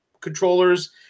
controllers